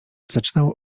zaczynał